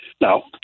Now